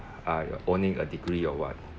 ah you're owning a degree or what